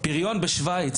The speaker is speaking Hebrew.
אין פריון בשוויץ.